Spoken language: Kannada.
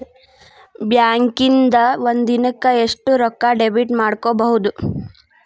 ಬ್ಯಾಂಕಿಂದಾ ಒಂದಿನಕ್ಕ ಎಷ್ಟ್ ರೊಕ್ಕಾ ಡೆಬಿಟ್ ಮಾಡ್ಕೊಬಹುದು?